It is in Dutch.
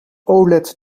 oled